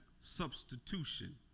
substitution